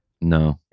No